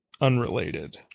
Unrelated